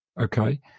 okay